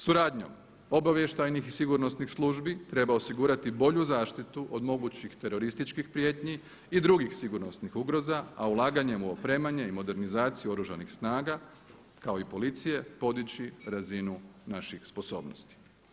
Suradnjom obavještajnih i sigurnosnih službi treba osigurati bolju zaštitu od mogućih terorističkih prijetnji i drugih sigurnosnih ugroza, a ulaganjem u opremanje i modernizaciju oružanih snaga kao i policije podići razinu naših sposobnosti.